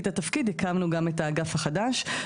הקמנו גם את האגף החדש,